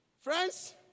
Friends